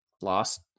lost